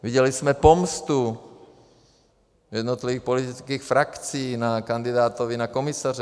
Viděli jsme pomstu jednotlivých politických frakcí na kandidátovi Francie na komisaře.